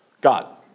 God